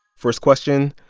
first question,